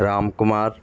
Ram Kumar